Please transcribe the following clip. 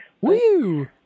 Woo